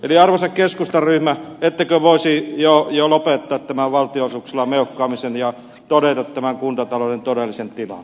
arvoisa keskustan ryhmä ettekö voisi jo lopettaa tämän valtionosuuksilla meuhkaamisen ja todeta tämän kuntatalouden todellisen tilan